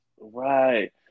Right